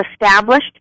established